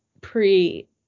pre